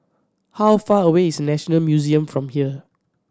how far away is National Museum from here